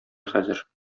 хәзер